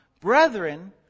Brethren